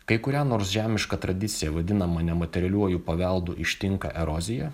kai kurią nors žemišką tradiciją vadinamą nematerialiuoju paveldu ištinka erozija